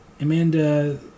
Amanda